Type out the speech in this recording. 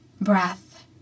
Breath